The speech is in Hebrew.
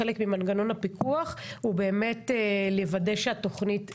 חלק ממנגנון הפיקוח הוא באמת לוודא שהתוכנית מתקדמת,